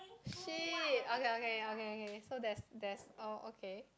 shit okay okay okay so that's that's okay